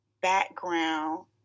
background